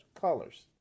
colors